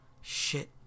Shit